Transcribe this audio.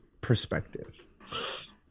perspective